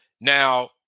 Now